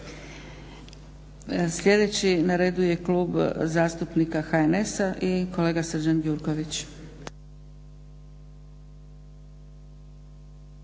Sljedeći na redu je klub zastupnika HNS-a i kolega Srđan Gjurković.